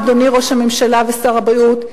אדוני ראש הממשלה ושר הבריאות,